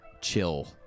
chill